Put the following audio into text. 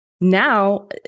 now